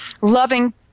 loving